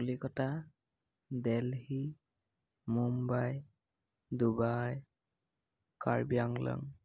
Kolkata Delhi Mumbai Dubai Karbi Anglong